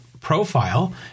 profile